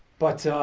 but